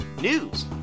news